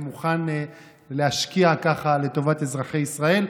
אני מוכן להשקיע ככה לטובת אזרחי ישראל.